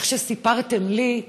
איך שסיפרתם לי,